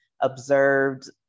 observed